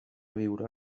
viure